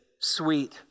sweet